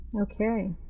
Okay